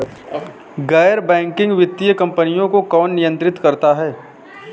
गैर बैंकिंग वित्तीय कंपनियों को कौन नियंत्रित करता है?